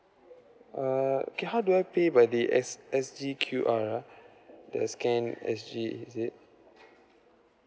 uh okay how do I pay by the S S_G_Q_R ah the scan S_G is it